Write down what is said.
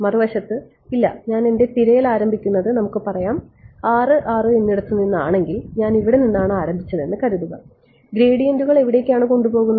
മറുവശത്ത് ഇല്ല ഞാൻ എന്റെ തിരയൽ ആരംഭിക്കുന്നത് നമുക്ക് പറയാം 66 എന്നിടത്തു നിന്നാണെങ്കിൽ ഞാൻ ഇവിടെ നിന്നാണ് ആരംഭിച്ചതെന്ന് കരുതുക ഗ്രേഡിയന്റുകൾ എവിടേക്കാണ് കൊണ്ടുപോകുന്നത്